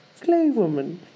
claywoman